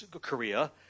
Korea